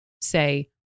say